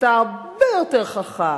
אתה הרבה יותר חכם,